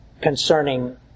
concerning